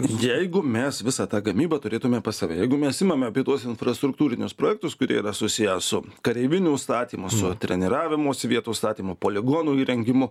jeigu mes visą tą gamybą turėtume pas save jeigu mes imame apie tuos infrastruktūrinius projektus kurie yra susiję su kareivinių statymu su treniravimosi vietų užstatymu poligonų įrengimu